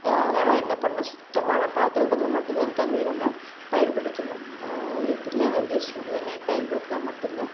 அதனால் என்ன பண்ணணும் சுத்தமான பாத்திரத்தில் மட்டும் தான் தண்ணியை நம்ம பயன்படுத்தணும் எப்பவும் வந்து சுடு தண்ணியை பயன்படுத்தினா மட்டும் தான்